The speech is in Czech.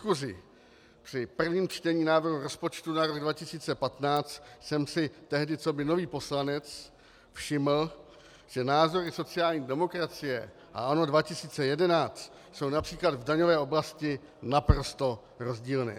Již v diskusi při prvním čtení návrhu rozpočtu na rok 2015 jsem si tehdy coby nový poslanec všiml, že názory sociální demokracie a ANO 2011 jsou například v daňové oblasti naprosto rozdílné.